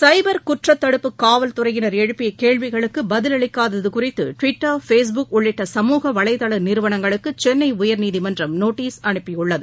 சைபர் குற்றத் தடுப்பு காவல் துறையினர் எழுப்பிய கேள்விகளுக்கு பதிலளிக்காதது குறித்து டுவிட்டர் ஃபேஸ்புக் உள்ளிட்ட சமூக வலைதள நிறுவனங்களுக்கு சென்னை உயர்நீதிமன்றம் நோட்டீஸ் அனுப்பியுள்ளது